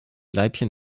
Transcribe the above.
leibchen